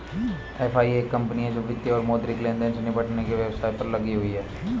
FI एक company है जो वित्तीय और मौद्रिक लेनदेन से निपटने के व्यवसाय में लगी हुई है